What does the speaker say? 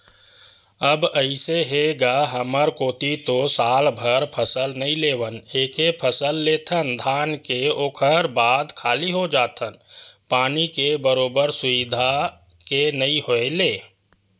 अब अइसे हे गा हमर कोती तो सालभर फसल नइ लेवन एके फसल लेथन धान के ओखर बाद खाली हो जाथन पानी के बरोबर सुबिधा के नइ होय ले